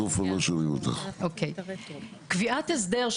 קביעת הסדר,